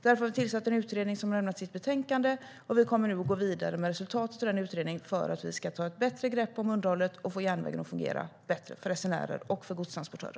Därför har vi tillsatt en utredning, som har lämnat sitt betänkande, och vi kommer nu att gå vidare med resultatet av den utredningen för att kunna ta ett bättre om underhållet och få järnvägen att fungera bättre för resenärer och för godstransportörer.